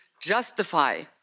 justify